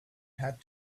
had